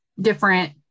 different